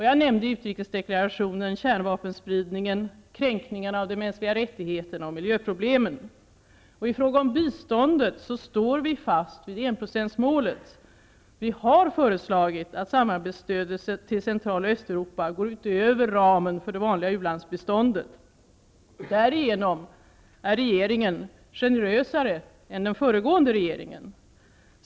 Jag nämnde i utrikesdeklarationen kärnvapenspridningen, kränkningen av de mänskliga rättigheterna och miljöproblemen. I fråga om biståndet står vi fast vid enprocentsmålet. Vi har föreslagit att samarbetstödet till Cenral och Östeuropa skall gå ut över ramen för det vanliga ulandsbiståndet. Därigenom är regeringen generösare än den föregående regeringen.